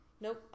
Nope